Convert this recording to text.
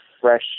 fresh